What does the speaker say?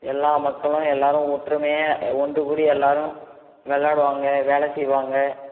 எல்லா மக்களும் எல்லோரும் ஒற்றுமையாக ஒன்று கூடி எல்லோரும் விளையாடுவாங்க வேலை செய்வாங்க